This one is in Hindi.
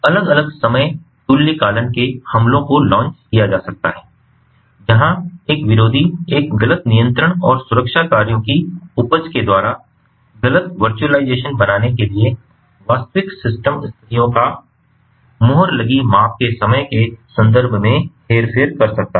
अलग अलग समय तुल्यकालन के हमलों को लॉन्च किया जा सकता है जहां एक विरोधी एक गलत नियंत्रण और सुरक्षा कार्यों की उपज के द्वारा गलत वर्चुअलाइजेशन बनाने के लिए वास्तविक सिस्टम स्थितियों का मुहर लगी माप के समय के संदर्भ में हेरफेर कर सकता है